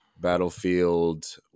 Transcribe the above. Battlefield